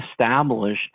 establish